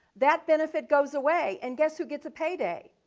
that benefit goes away and guess who gets a pay day?